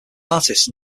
artists